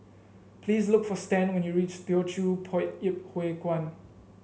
please look for Stan when you reach Teochew Poit Ip Huay Kuan